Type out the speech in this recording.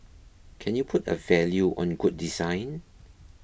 can you put a value on good design